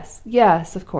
yes! yes! of course.